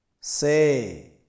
Say